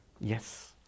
Yes